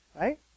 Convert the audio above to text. right